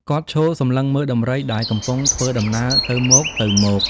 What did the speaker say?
គាត់ឈរសម្លឹងមើលដំរីដែលកំពុងធ្វើដំណើរទៅមកៗ ។